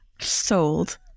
sold